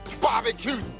Barbecue